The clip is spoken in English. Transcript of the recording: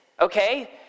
okay